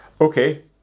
okay